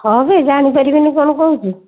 ହଁ ବେ ଜାଣି ପାରିବିନି କ'ଣ କହୁଛୁ